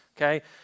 okay